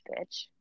bitch